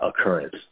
occurrence